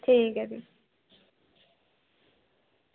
ठीक ऐ भी